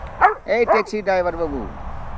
ᱮᱭ taxi driver ᱵᱟᱹᱵᱩ